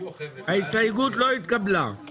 הצבעה ההסתייגות לא נתקבלה ההסתייגות לא התקבלה.